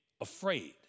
afraid